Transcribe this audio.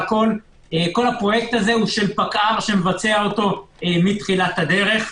כל הפרויקט הזה הוא של פקע"ר שמבצע אותו מתחילת הדרך.